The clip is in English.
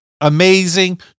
amazing